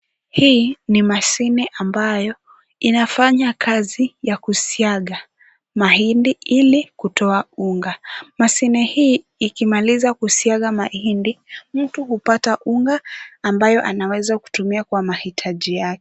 Hii ni mashini ambayo inafanya kazi ya kusaga mahindi ili kutoa unga, mashini hii ikimaliza kusaga mahindi mtu hupata unga ambayo anaweza kutumia kwa mahitaji yake.